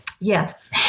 Yes